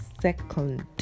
second